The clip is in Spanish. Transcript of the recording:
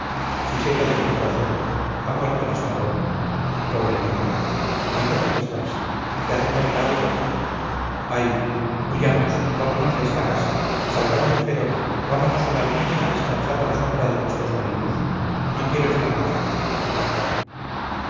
le dije siseta de mi corazón ha muerto gasparó pobre niño y tú cómo estás te hace falta algo ay huyamos vámonos de esta casa salgamos de gerona vámonos a la almunia a descansar a la sombra de nuestros olivos no quiero estar más aquí